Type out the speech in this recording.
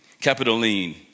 Capitoline